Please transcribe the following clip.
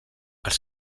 els